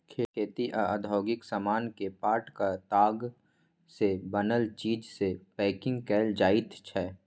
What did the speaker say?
खेती आ औद्योगिक समान केँ पाटक ताग सँ बनल चीज सँ पैंकिग कएल जाइत छै